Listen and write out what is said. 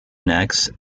necks